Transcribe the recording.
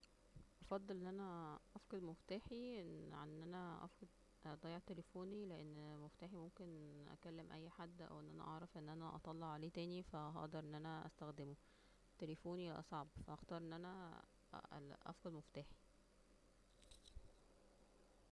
افضل ان انا افقد مفتاحى عن ان انا افق- اضيع تليفونى, لان مفتاحى ممكن اكلم اى حد او ان انا اعرف ان انا اطلع عليه تانى فا هقدر ان انا استخدمه لكن تليفونى اصعب, فهختار ان انا ا ا افقد مفتاحى